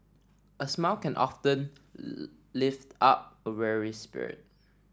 a smile can often lift up a weary spirit